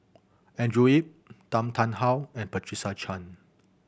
Andrew Yip Tan Tarn How and Patricia Chan